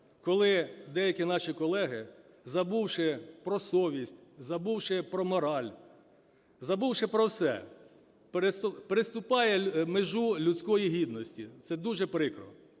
коли деякі наші колеги, забувши про совість, забувши про мораль, забувши про все, переступають межу людської гідності. Це дуже прикро.